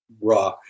raw